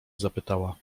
zapytała